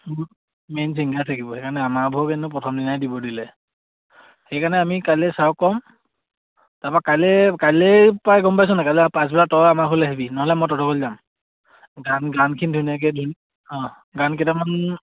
main singer থাকিব সেইকাৰণে আমাৰবোৰক কিন্তু প্ৰথম দিনাই দিব দিলে সেইকাৰণে আমি কাইলে ছাৰক ক'ম তাৰপা কাইলে ম পাইছ নাই কাইলে পাছবেলা তই আমাৰ যাম গান গানখিনি ধুনীয়াকে গান কেইটামান